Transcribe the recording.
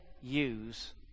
use